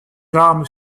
armes